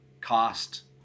cost